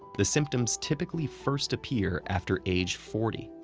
the symptoms typically first appear after age forty.